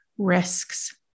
risks